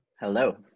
Hello